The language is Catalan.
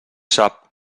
sap